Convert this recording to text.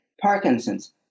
Parkinson's